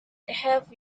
have